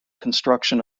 construction